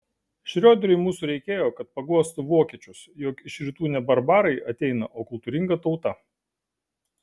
šrioderiui mūsų reikėjo kad paguostų vokiečius jog iš rytų ne barbarai ateina o kultūringa tauta